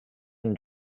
and